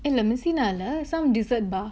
இல்ல:illa mercina leh some dessert bar